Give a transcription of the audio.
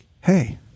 hey